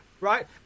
right